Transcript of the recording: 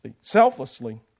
selflessly